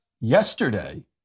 yesterday